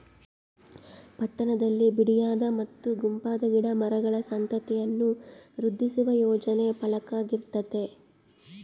ಪಟ್ಟಣದಲ್ಲಿ ಬಿಡಿಯಾದ ಮತ್ತು ಗುಂಪಾದ ಗಿಡ ಮರಗಳ ಸಂತತಿಯನ್ನು ವೃದ್ಧಿಸುವ ಯೋಜನೆ ಪಾಲಿಕೆಗಿರ್ತತೆ